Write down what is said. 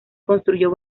construyó